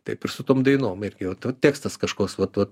taip ir su tom dainom ir gi vat tekstas kažkoks vat